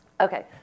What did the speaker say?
Okay